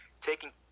taking